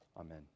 Amen